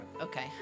Okay